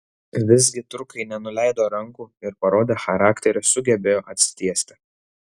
visgi turkai nenuleido rankų ir parodę charakterį sugebėjo atsitiesti